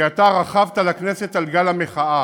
כי אתה רכבת לכנסת על גל המחאה.